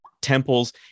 temples